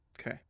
Okay